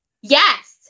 Yes